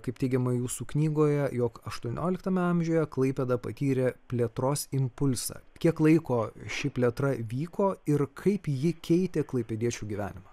kaip teigiama jūsų knygoje jog aštuonioliktame amžiuje klaipėda patyrė plėtros impulsą kiek laiko ši plėtra vyko ir kaip ji keitė klaipėdiečių gyvenimą